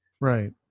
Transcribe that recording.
Right